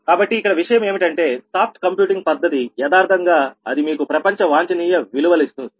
కాబట్టి ఇక్కడ విషయం ఏమిటంటే సాఫ్ట్ కంప్యూటింగ్ పద్ధతి యదార్ధంగా అది మీకు ప్రపంచ వాంఛనీయ విలువలునిస్తుంది